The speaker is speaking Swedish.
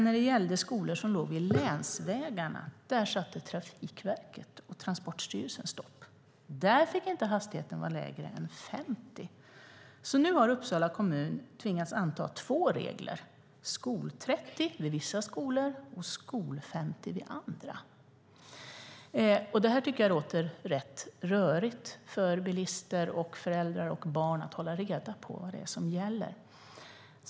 När det gällde skolor som låg vid länsvägar satte dock Trafikverket och Transportstyrelsen stopp. Där fick hastigheten inte vara lägre än 50. Nu har alltså Uppsala kommun tvingats anta två regler - skol-30 vid vissa skolor och skol-50 vid andra. Det låter som om det är rätt rörigt för bilister, föräldrar och barn att hålla reda på vad det är som gäller.